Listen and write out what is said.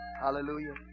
Hallelujah